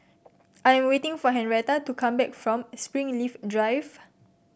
I am waiting for Henretta to come back from Springleaf Drive